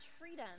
freedom